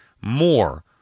more